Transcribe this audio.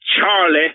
Charlie